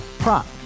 Prop